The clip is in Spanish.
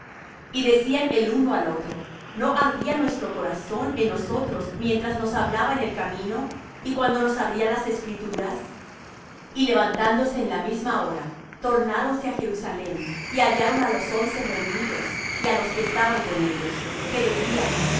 y decían el uno al otro no ardía nuestro corazón en nosotros mientras nos hablaba en el camino y cuando nos abría las escrituras y levantándose en la misma hora tornáronse á jerusalem y hallaron á los once reunidos y á los que estaban con ellos que decían